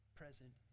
present